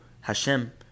Hashem